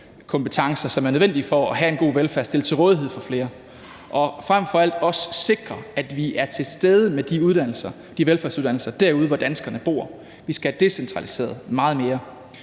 uddannelseskompetencer, som er nødvendige for at have en god velfærd, stillet til rådighed for flere og frem for alt også at sikre, at de velfærdsuddannelser er til stede derude, hvor danskerne bor. Vi skal have decentraliseret meget mere.